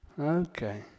Okay